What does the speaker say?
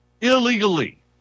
Illegally